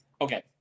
Okay